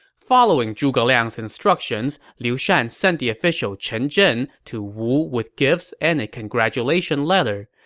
following zhuge liang's instructions, liu shan sent the official chen zhen to wu with gifts and a congratulatory and letter.